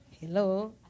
Hello